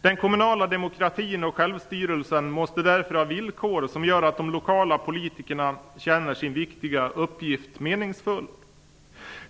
Den kommunala demokratin och självstyrelsen måste därför ha villkor som gör att de lokala politikerna känner att deras viktiga uppgift är meningsfull.